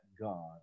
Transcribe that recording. God